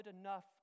enough